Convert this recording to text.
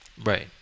Right